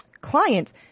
clients